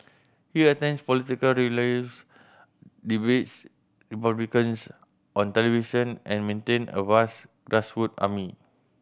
he attends political rallies debates Republicans on television and maintain a vast army